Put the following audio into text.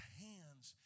hands